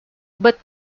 but